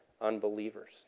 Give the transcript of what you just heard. unbelievers